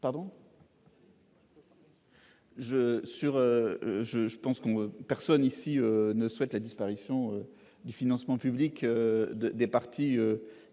de vote. Personne ici ne souhaite la disparition du financement public des partis